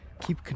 keep